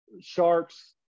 sharks